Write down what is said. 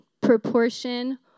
proportion